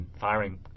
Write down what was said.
firing